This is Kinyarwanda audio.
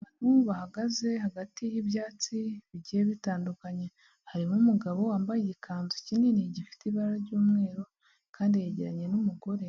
Abantu bahagaze hagati y'ibyatsi bigiye bitandukanye, harimo umugabo wambaye igikanzu kinini gifite ibara ry'umweru kandi yegeranye n'umugore